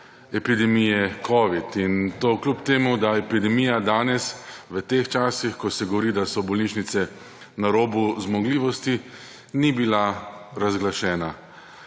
epidemije covid. In to kljub temu, da epidemija danes, v teh časih, ko se govori, da so bolnišnice na robu zmogljivosti, ni bila razglašena.